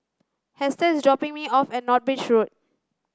Hester is dropping me off at North Bridge Road